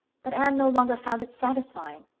but anne no longer found it satisfying.